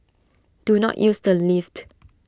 do not use the lift